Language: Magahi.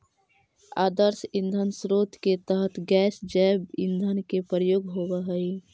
आदर्श ईंधन स्रोत के तरह गैस जैव ईंधन के प्रयोग होवऽ हई